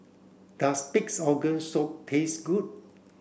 does pig's organ soup taste good